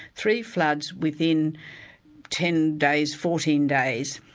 three floods within ten days, fourteen days,